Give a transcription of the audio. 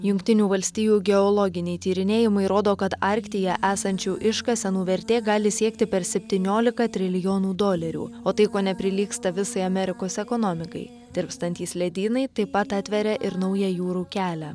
jungtinių valstijų geologiniai tyrinėjimai rodo kad arktyje esančių iškasenų vertė gali siekti per septyniolika trilijonų dolerių o tai kone prilygsta visai amerikos ekonomikai tirpstantys ledynai taip pat atveria ir naują jūrų kelią